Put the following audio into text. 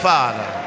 Father